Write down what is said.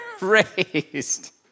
raised